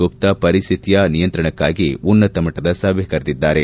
ಗುಪ್ತಾ ಪರಿಸ್ಥಿತಿಯ ನಿಯಂತ್ರಣಕಾಗಿ ಉನ್ನತ ಮಟ್ಟದ ಸಭೆ ಕರೆದಿದ್ದಾರೆ